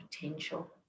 potential